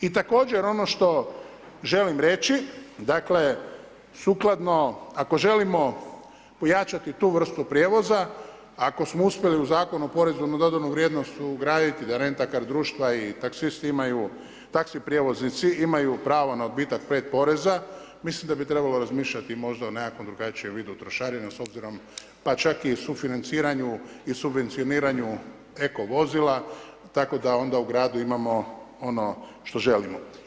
I također ono što želim reći, dakle sukladno ako želimo ojačati tu vrstu prijevoza ako smo uspjeli u Zakonu o porezu na dodanu vrijednost ugraditi da rent-a-car društva i taksisti imaju, taxi prijevoznici imaju pravo da odbitak 5 poreza, mislim da bi trebalo razmišljati o nekakvom drugačijem vidu trošarine s obzirom, pa čak i sufinanciranju i subvencioniranju tako da u gradu onda imamo ono što želimo.